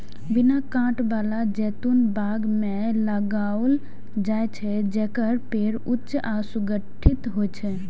बिना कांट बला जैतून बाग मे लगाओल जाइ छै, जेकर पेड़ ऊंच आ सुगठित होइ छै